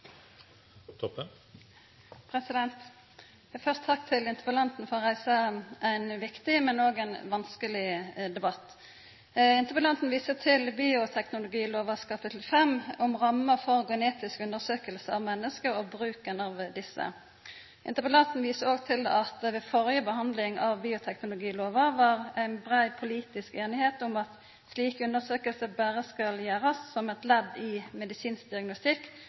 god lovgivning. Først takk til interpellanten for å reisa ein viktig, men òg ein vanskeleg debatt! Interpellanten viste til bioteknologilova kapittel 5 om rammer for genetiske undersøkingar av menneske og bruken av desse. Interpellanten viste òg til at det ved førre behandling av bioteknologilova var ei brei politisk einigheit om at slike undersøkingar berre skal gjerast som eit ledd i medisinsk diagnostikk